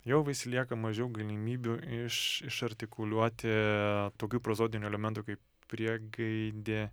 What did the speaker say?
jau vis lieka mažiau galimybių iš iš artikuliuoti tokių prozodinių elementų kaip priegaidė